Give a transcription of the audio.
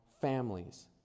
families